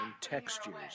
textures